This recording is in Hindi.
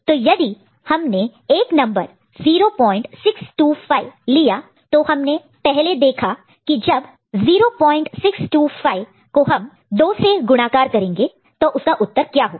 तो यदि हमने एक नंबर 0625 लिया तो हमने पहले देखा है की जब 0625 को हम 2 से गुणाकार मल्टीप्लाई multiply करते हैं तो उसका उत्तर क्या होगा